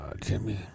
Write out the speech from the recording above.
Jimmy